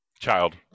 Child